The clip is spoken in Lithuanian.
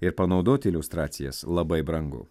ir panaudoti iliustracijas labai brangu